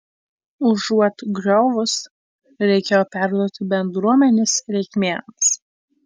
užuot griovus reikėjo perduoti bendruomenės reikmėms